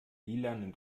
lilanen